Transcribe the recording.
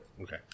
Okay